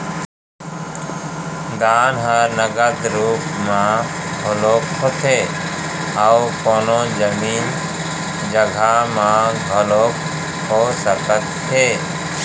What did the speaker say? दान ह नगद रुप म घलोक होथे अउ कोनो जमीन जघा म घलोक हो सकत हे